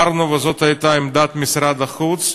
אמרנו, וזאת הייתה עמדת משרד החוץ,